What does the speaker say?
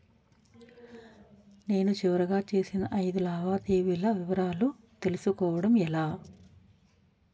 నేను చివరిగా చేసిన ఐదు లావాదేవీల వివరాలు తెలుసుకోవటం ఎలా?